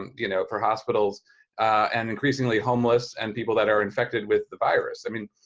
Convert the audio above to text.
um you know, for hospitals and increasingly homeless and people that are infected with the virus. i mean,